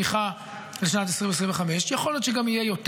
צמיחה לשנת 2025. יכול להיות שגם יהיה יותר.